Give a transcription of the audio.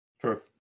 True